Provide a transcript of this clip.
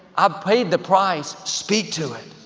i paid the price, speak to it.